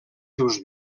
seus